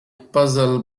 puzzle